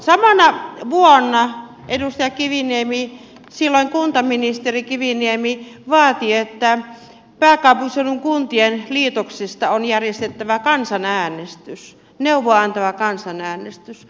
samana vuonna edustaja kiviniemi silloin kuntaministeri kiviniemi vaati että pääkaupunkiseudun kuntien liitoksista on järjestettävä kansanäänestys neuvoa antava kansanäänestys